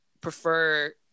prefer